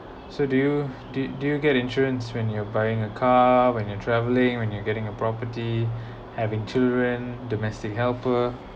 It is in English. so do you do do you get insurance when you're buying a car when you're travelling when you're getting a property having children domestic helper